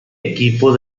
equipo